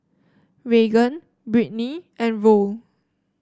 Raegan Britny and Roll